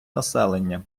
населення